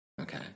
okay